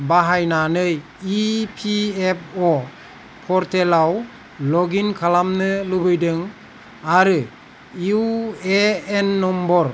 बाहायनानै E P F O पर्टेलाव लग इन खालामनो लुबैदों आरो इउ ए एन नम्बर